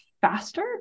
faster